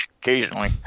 occasionally